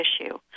issue